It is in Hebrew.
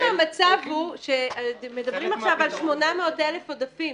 מדברים עכשיו על 800,000 עודפים,